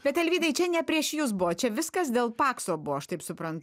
bet alvydai čia ne prieš jus buvo čia viskas dėl pakso buvo aš taip suprantu